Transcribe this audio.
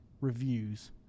reviews